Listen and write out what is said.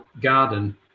garden